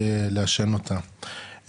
לעשן אותה,